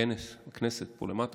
כנס בכנסת פה למטה,